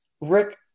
Rick